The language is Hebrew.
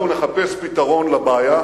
אנחנו נחפש פתרון לבעיה,